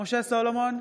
משה סולומון,